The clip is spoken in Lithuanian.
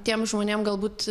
tiem žmonėm galbūt